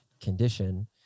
condition